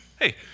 Hey